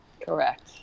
Correct